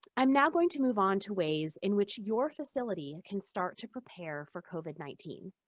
i'm now going to move on to ways in which your facility can start to prepare for covid nineteen.